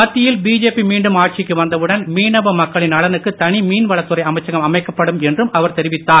மத்தியில் பிஜேபி மீண்டும் ஆட்சிக்கு வந்தவுடன் மீனவ மக்களின் நலனுக்கு தனி மீன்வளத்துறை அமைச்சகம் அமைக்கப்படும் என்றும் அவர் தெரிவித்தார்